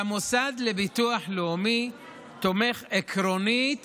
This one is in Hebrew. והמוסד לביטוח לאומי תומך עקרונית